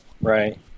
Right